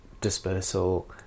dispersal